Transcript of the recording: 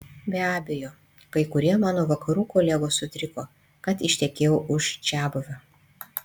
be abejo kai kurie mano vakarų kolegos sutriko kad ištekėjau už čiabuvio